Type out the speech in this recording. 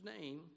name